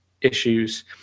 issues